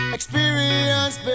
Experience